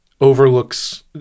overlooks